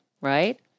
right